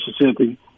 Mississippi